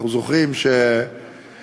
אנחנו זוכרים שדירוגים